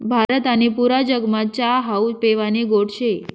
भारत आणि पुरा जगमा च्या हावू पेवानी गोट शे